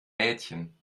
mädchen